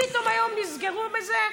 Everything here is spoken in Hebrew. פתאום היום נזכרו בזה?